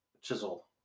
Chisel